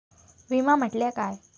विमा म्हटल्या काय?